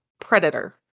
predator